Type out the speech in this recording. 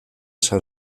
san